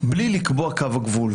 לקבוע קו גבול,